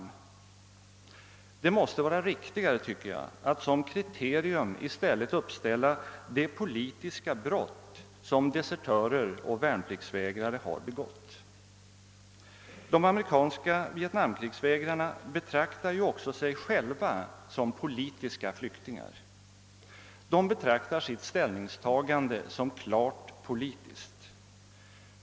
Det måste enligt min mening vara riktigare att i stället som kriterium uppställa det politiska brott som desertörer och värnpliktsvägrare har begått. De amerikanska vietnamkrigsvägrarna betraktar ju också sig själva som politiska flyktingar. De ser sitt ställningstagande som klart politiskt.